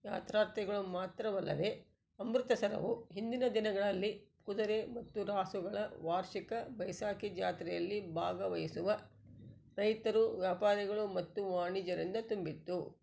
ಯಾತ್ರಾರ್ಥಿಗಳು ಮಾತ್ರವಲ್ಲದೆ ಅಮೃತಸರವು ಹಿಂದಿನ ದಿನಗಳಲ್ಲಿ ಕುದುರೆ ಮತ್ತು ರಾಸುಗಳ ವಾರ್ಷಿಕ ಬೈಸಾಖಿ ಜಾತ್ರೆಯಲ್ಲಿ ಭಾಗವಹಿಸುವ ರೈತರು ವ್ಯಾಪಾರಿಗಳು ಮತ್ತು ವಣಿಜರಿಂದ ತುಂಬಿತ್ತು